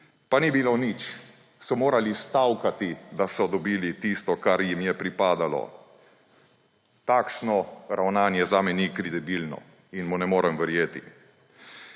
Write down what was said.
pa ni bilo nič. So morali stavkati, da so dobili tisto, kar jim je pripadalo. Takšno ravnanje zame ni kredibilno in mu ne morem verjeti.